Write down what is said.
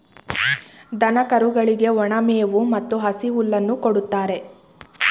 ದನ ಕರುಗಳಿಗೆ ಒಣ ಮೇವು ಮತ್ತು ಹಸಿ ಹುಲ್ಲನ್ನು ಕೊಡುತ್ತಾರೆ